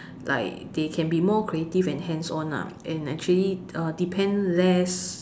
like they can be more creative and hands on lah and actually uh depend less